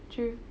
true